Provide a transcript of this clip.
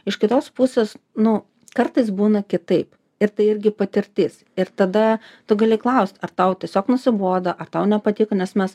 iš kitos pusės nu kartais būna kitaip ir tai irgi patirtis ir tada tu gali klaust ar tau tiesiog nusibodo ar tau nepatiko nes mes